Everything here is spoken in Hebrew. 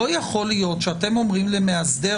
לא יכול להיות שאתם אומרים למאסדר,